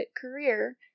career